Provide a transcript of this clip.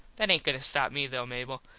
that aint goin to stop me though, mable.